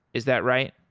is that right?